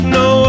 no